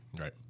Right